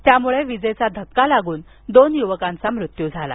त्यामुळे वीजेचा धक्का लागून दोन युवकांचा मृत्यू झाला